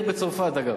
זו עיר בצרפת, אגב.